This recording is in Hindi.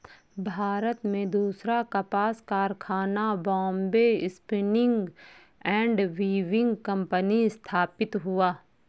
भारत में दूसरा कपास कारखाना Bombay spinning and weaving company स्थापित हुआ